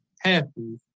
happy